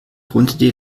grundidee